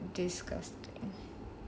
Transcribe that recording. disgusting